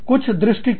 कुछ दृष्टिकोण